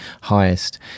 highest